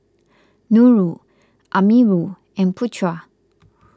Nurul Amirul and Putra